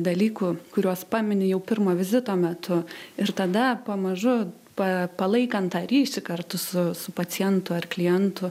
dalykų kuriuos pamini jau pirmo vizito metu ir tada pamažu pa palaikant tą ryšį kartu su su pacientu ar klientu